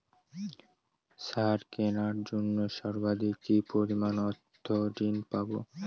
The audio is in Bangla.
সার কেনার জন্য সর্বাধিক কি পরিমাণ অর্থ ঋণ পাব?